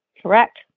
Correct